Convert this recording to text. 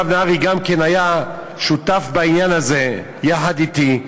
הרב נהרי גם כן היה שותף בעניין הזה יחד אתי,